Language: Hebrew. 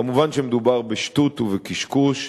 כמובן שמדובר בשטות ובקשקוש.